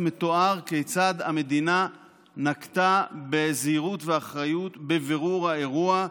מתואר כיצד המדינה נקטה זהירות ואחריות בבירור האירוע,